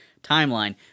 timeline